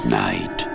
night